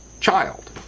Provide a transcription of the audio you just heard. child